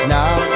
now